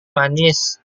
manis